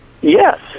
Yes